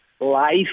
life